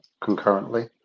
concurrently